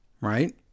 right